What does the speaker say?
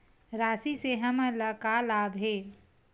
राशि से हमन ला का लाभ हे?